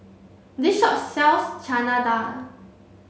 this shop sells Chana Dal